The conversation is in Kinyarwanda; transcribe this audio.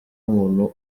umuntu